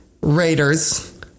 Raiders